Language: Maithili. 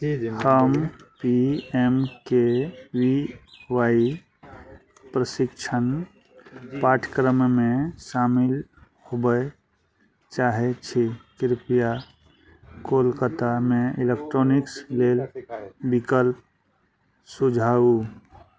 हम P M K V Y प्रशिक्षण पाठ्यक्रममे शामिल होमय चाहै छी कृपया कोलकातामे इलेक्ट्रोनिक्स लेल विकल्प सुझाउ